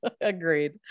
Agreed